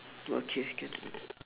okay can